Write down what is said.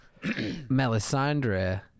Melisandre